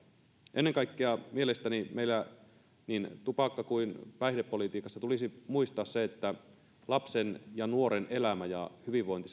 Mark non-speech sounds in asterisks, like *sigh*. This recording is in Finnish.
ennen kaikkea mielestäni meillä niin tupakka kuin päihdepolitiikassa tulisi muistaa se että lapsen ja nuoren elämä ja hyvinvointi *unintelligible*